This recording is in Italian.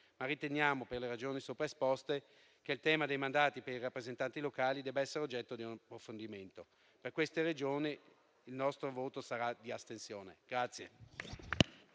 ma riteniamo, per le ragioni sopra esposte, che il tema dei mandati per i rappresentanti locali debba essere oggetto di un approfondimento. Per queste ragioni, il nostro voto sarà di astensione.